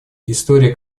история